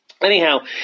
Anyhow